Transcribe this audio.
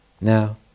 now